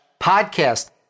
podcast